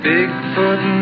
Bigfoot